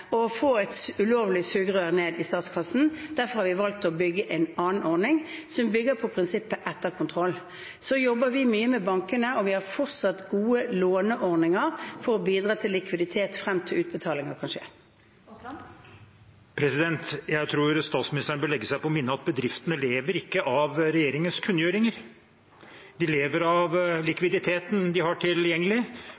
å få et ulovlig sugerør ned i statskassen. Derfor har vi valgt å bygge en annen ordning, som bygger på prinsippet for etterkontroll. Så jobber vi mye med bankene, og vi har fortsatt gode låneordninger for å bidra til likviditet frem til utbetalingene kan skje. Terje Aasland – til oppfølgingsspørsmål. Jeg tror statsministeren bør legge seg på minne at bedriftene ikke lever av regjeringens kunngjøringer, de lever av